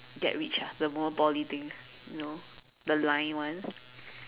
get rich ah the more Poly things you know the line one